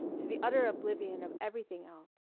to the utter oblivion of everything else.